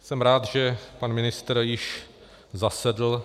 Jsem rád, že pan ministr již zasedl.